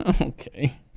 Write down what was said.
Okay